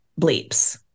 bleeps